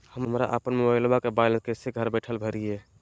हमरा अपन मोबाइलबा के बैलेंस कैसे घर बैठल भरिए?